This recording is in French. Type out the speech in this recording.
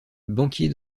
banquier